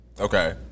okay